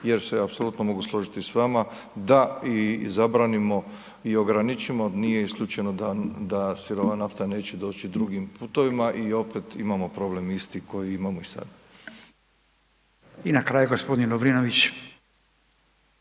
jer se apsolutno mogu složiti s vama da i zabranimo i ograničimo, nije isključeno da sirova nafta neće doći drugim putevima i opet imamo problem isti koji imamo i sad. **Radin, Furio